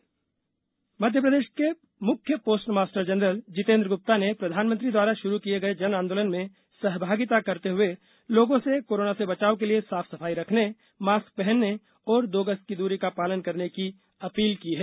जन आंदोलन मध्यप्रदेश के मुख्य postmaster general Jitendra Gupta ने प्रधानमंत्री द्वारा शुरू किये गए जन आंदोलन में सहभागिता करते हुए लोगों से कोरोना से बचाव के लिए साफ सफाई रखने मास्क पहनने और दो गज की दूरी का पालन करने की अपील की है